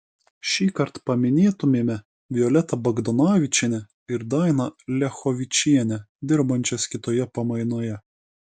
šįkart paminėtumėme violetą bagdonavičienę ir dainą liachovičienę dirbančias kitoje pamainoje